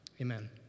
Amen